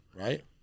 Right